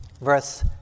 verse